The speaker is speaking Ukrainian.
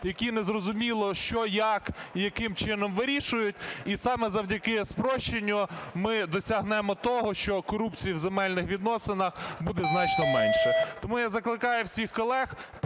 які незрозуміло, що, як і яким чином вирішують, і саме завдяки спрощенню ми досягнемо того, що корупції у земельних відносинах буде значно менше. Тому я закликаю всіх колег